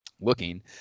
Looking